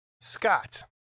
Scott